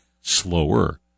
slower